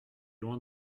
loin